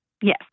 yes